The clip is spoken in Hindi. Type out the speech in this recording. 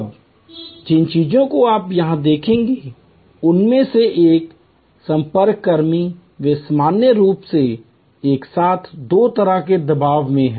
अब जिन चीजों को आप यहाँ देखेंगे उनमें से एक यह संपर्क कर्मी वे सामान्य रूप से एक साथ दो तरह के दबाव में हैं